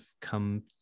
come